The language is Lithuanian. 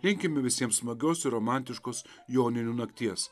linkime visiems smagios ir romantiškos joninių nakties